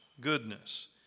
goodness